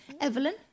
Evelyn